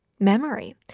Memory